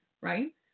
right